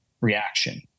reaction